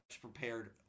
prepared